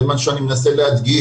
זה מה שאני מנסה להדגיש.